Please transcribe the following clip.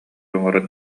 оҥорон